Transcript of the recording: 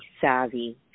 savvy